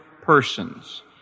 persons